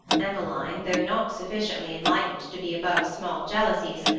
emmeline, though not sufficiently enlightened to be above small jealousies,